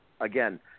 again